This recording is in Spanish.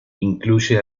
incluye